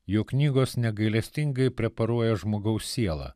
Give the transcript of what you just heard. jo knygos negailestingai preparuoja žmogaus sielą